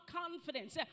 confidence